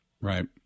Right